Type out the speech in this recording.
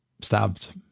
stabbed